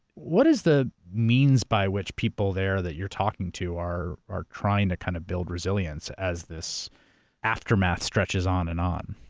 what is the means by which people there that you're talking to are are trying to kind of build resilience as this aftermath stretches on and on?